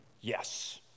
yes